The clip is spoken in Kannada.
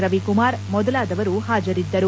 ರವಿಕುಮಾರ್ ಮೊದಲಾದವರು ಹಾಜರಿದ್ದರು